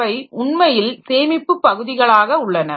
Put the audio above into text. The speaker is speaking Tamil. அவை உண்மையில் சேமிப்புப் பகுதிகளாக உள்ளன